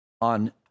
on